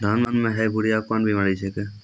धान म है बुढ़िया कोन बिमारी छेकै?